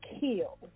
kill